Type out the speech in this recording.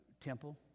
temple